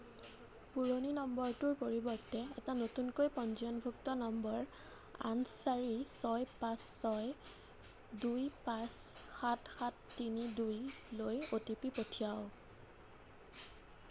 পুৰণি নম্বৰটোৰ পৰিৱৰ্তে এটা নতুনকৈ পঞ্জীয়নভুক্ত নম্বৰ আঠ চাৰি ছয় পাঁচ ছয় দুই পাঁচ সাত সাত তিনি দুইলৈ অ' টি পি পঠিয়াওক